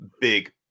big